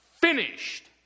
finished